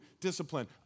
discipline